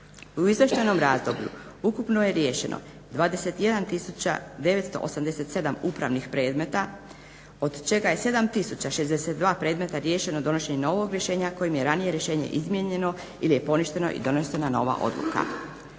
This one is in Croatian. U izvještajnom razdoblju ukupno je riješeno 21987 upravnih predmeta, od čega je 7062 predmeta riješeno donošenjem novog rješenja kojim je ranije rješenje izmijenjeno ili je poništeno i donesena nova odluka.